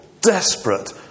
desperate